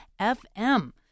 FM